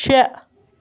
شےٚ